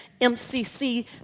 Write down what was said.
mcc